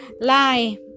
lie